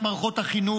את מערכות החינוך,